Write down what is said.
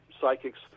Psychics